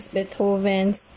Beethoven's